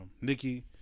Nikki